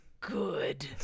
Good